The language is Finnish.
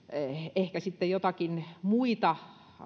ehkä sitten jotakin muita